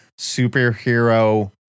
superhero